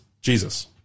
Jesus